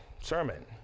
sermon